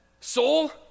soul